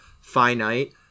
finite